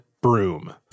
broom